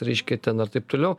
reiškia ten ar taip toliau